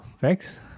Thanks